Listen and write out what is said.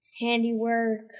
handiwork